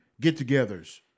get-togethers